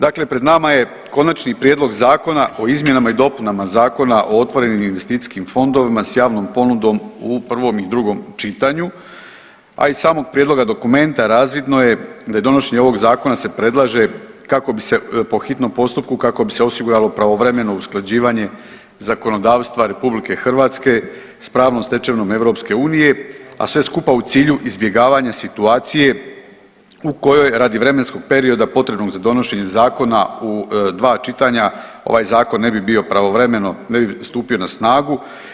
Dakle, pred nama je konačni prijedlog zakona o izmjenama i dopunama Zakona o otvorenim investicijskim fondovima sa javnom ponudom u prvom i drugom čitanju, a iz samog prijedloga dokumenta razvidno je da je donošenje ovog zakona se predlaže kako bi se po hitnom postupku kako bi se osiguralo pravovremeno usklađivanje zakonodavstva Republike Hrvatske sa pravnom stečevinom EU, a sve skupa u cilju izbjegavanja situacije u kojoj radi vremenskog perioda potrebnog za donošenje zakona u dva čitanja ovaj zakon ne bi bio pravovremeno, ne bi stupio na snagu.